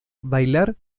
bailar